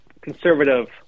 conservative